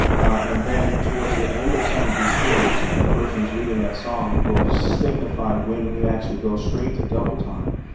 and then towards the end of some of these hymns, the person's leading that song will signify when we actually go straight to double time,